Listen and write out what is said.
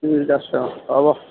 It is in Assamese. ঠিক আছে হ'ব